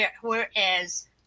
whereas